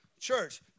church